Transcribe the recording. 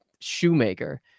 shoemaker